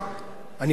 אני חושב,